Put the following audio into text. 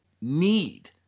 need